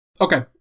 Okay